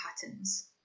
patterns